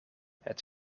het